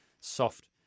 soft